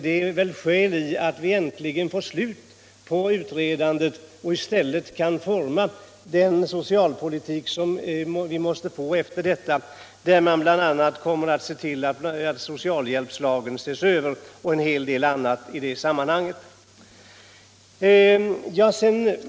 Det är väl skäl i att vi nu äntligen får ett slut på utredandet och i stället kan forma den socialpolitik som vi måste få, där bl.a. socialhjälpslagen och en hel del annat skall ses över.